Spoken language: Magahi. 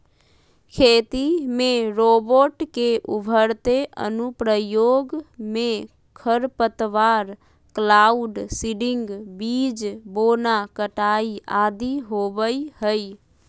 खेती में रोबोट के उभरते अनुप्रयोग मे खरपतवार, क्लाउड सीडिंग, बीज बोना, कटाई आदि होवई हई